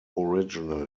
original